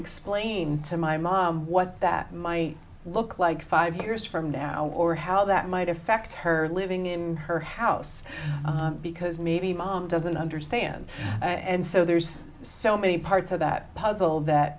explain to my mom what that my look like five years from now or how that might affect her living in her house because maybe mom doesn't understand and so there's so many parts of that puzzle that